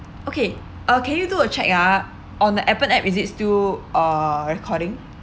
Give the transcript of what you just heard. okay uh can you do a check ya on the Appen app is it still uh recording